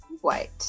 White